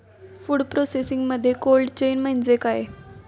Food प्रोसेसिंगमध्ये cold chain म्हणजे काय?